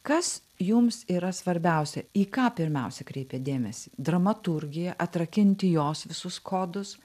kas jums yra svarbiausia į ką pirmiausia kreipiat dėmesį dramaturgija atrakinti jos visus kodus